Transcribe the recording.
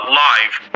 live